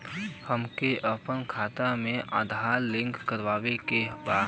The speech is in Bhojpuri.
हमके अपना खाता में आधार लिंक करावे के बा?